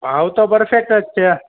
ભાવ તો પરફેક્ટ જ છે